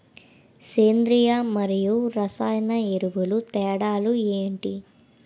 సేంద్రీయ మరియు రసాయన ఎరువుల తేడా లు ఏంటి?